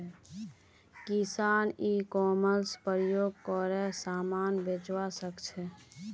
किसान e commerce प्रयोग करे समान बेचवा सकछे